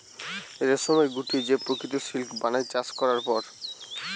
রেশমের গুটি যে প্রকৃত সিল্ক বানায় চাষ করবার পর